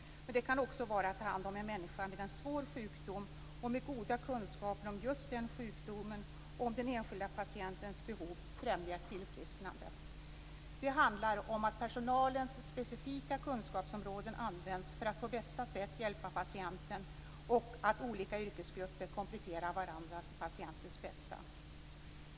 Men det kan också vara att ta hand om en människa med en svår sjukdom och att med goda kunskaper om den aktuella sjukdomen och den enskilde patientens behov främja tillfrisknande. Det handlar om att personalens specifika kunskapsområden används för att på bästa sätt hjälpa patienten och om att olika yrkesgrupper kompletterar varandra till patientens bästa.